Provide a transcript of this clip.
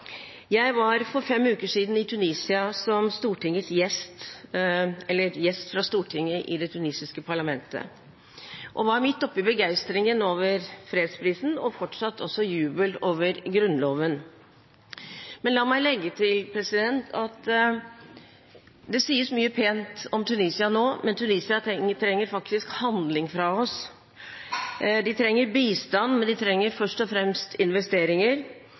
Jeg var for fem uker siden i Tunisia som gjest fra Stortinget i det tunisiske parlamentet og var midt oppe i begeistringen over fredsprisen og fortsatt også jubel over grunnloven. La meg legge til at det sies mye pent om Tunisia nå, men Tunisia trenger faktisk handling fra oss. De trenger bistand, men de trenger først og fremst investeringer.